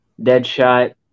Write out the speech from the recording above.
Deadshot